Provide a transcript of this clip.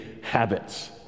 habits